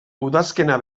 udazkena